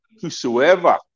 whosoever